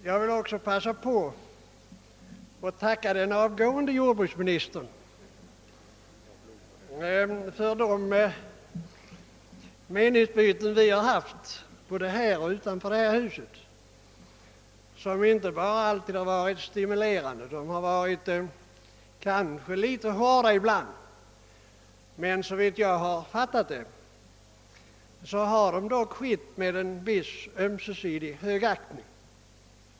Jag vill också passa på att tacka den avgående jordbruksministern för de meningsutbyten som vi har haft både här i kammaren och utanför detta hus. De har alltid varit stimulerande. Ibland kanske de har varit litet hårda, men såvitt jag har fattat det har de alltid förts med en viss ömsesidig högaktning.